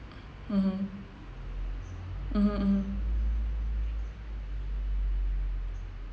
mmhmm mmhmm mmhmm